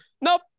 Nope